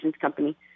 company